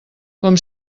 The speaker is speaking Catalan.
com